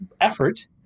effort